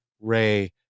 Ray